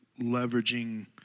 leveraging